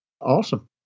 Awesome